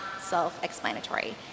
self-explanatory